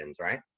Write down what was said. right